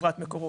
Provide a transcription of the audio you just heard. לחברת מקורות,